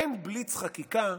אין בליץ חקיקה,